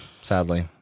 sadly